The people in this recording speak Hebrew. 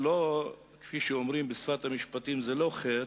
כפי שאומרים בשפת המשפטים, זה לא חטא,